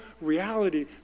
reality